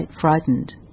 frightened